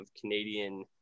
Canadian